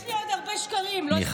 יש לי עוד הרבה שקרים, לא הספקתי.